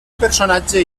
personatge